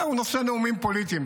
הוא נושא נאומים פוליטיים,